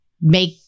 make